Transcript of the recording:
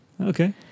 okay